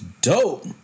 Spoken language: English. dope